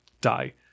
die